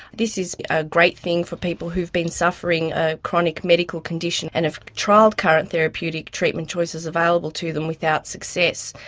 this is a great thing for people who've been suffering a chronic medical condition and have trialled current therapeutic treatment choices available to them without success.